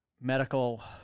medical